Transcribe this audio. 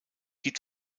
die